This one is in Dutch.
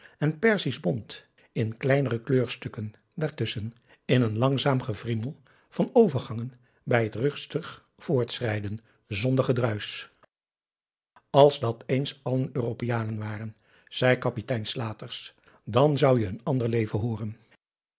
en perzisch bont in kleinere kleurstukken daartusschen in een langzaam gewriemel van overgangen bij het rustig voortschrijden zonder gedruisch als dat eens allen europeanen waren zei kapitein slaters dan zou je een ander leven hooren